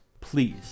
Please